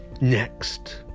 next